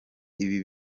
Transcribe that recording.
ibi